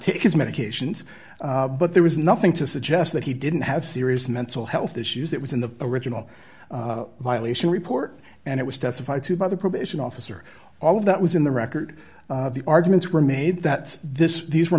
his medications but there was nothing to suggest that he didn't have serious mental health issues that was in the original violation report and it was testified to by the probation officer all of that was in the record the arguments were made that this these were